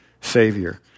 Savior